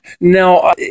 Now